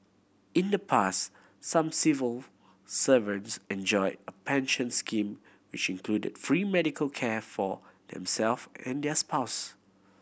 in the past some civil servants enjoy a pension scheme which included free medical care for them self and their spouses